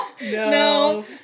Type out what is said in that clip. no